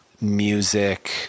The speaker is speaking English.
music